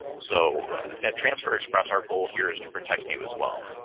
so at transfer express, our goal here is to protect you as well.